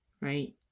right